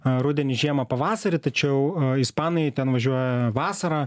rudenį žiemą pavasarį tačiau ispanai ten važiuoja vasarą